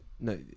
No